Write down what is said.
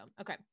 okay